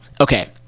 Okay